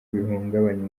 bihungabanya